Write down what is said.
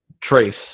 Trace